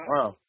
Wow